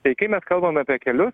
tai kai mes kalbam apie keliu